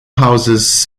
houses